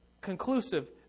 conclusive